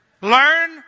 Learn